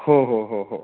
हो हो हो हो